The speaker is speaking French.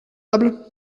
table